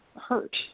hurt